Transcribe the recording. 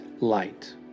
light